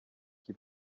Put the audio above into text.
qui